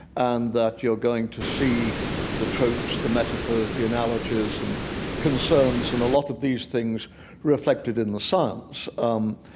and that you're going to see the tropes, the metaphors, the analogies, and the concerns, and a lot of these things reflected in the science. um,